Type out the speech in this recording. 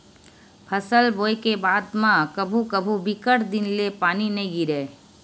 फसल बोये के बाद म कभू कभू बिकट दिन ले पानी नइ गिरय